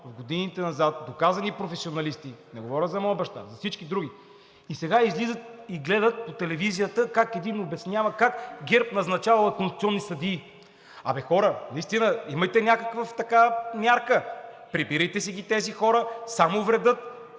годините назад, доказани професионалисти и не говоря за моя баща, а за всички други и сега излизат и гледат по телевизията как един обяснява как ГЕРБ назначавала конституционни съдии. Абе, хора, наистина, имайте някаква така мярка! Прибирайте си ги тези хора, само вредят!